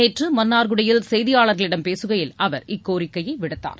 நேற்று மன்னார்சூடியில் செய்தியாளர்களிடம் பேசுகையில் அவர் இக்கோரிக்கையை விடுத்தார்